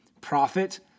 prophet